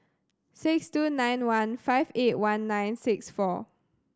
six two nine one five eight one nine six four